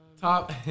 Top